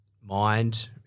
mind